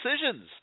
decisions